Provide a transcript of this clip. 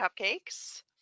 cupcakes